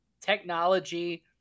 Technology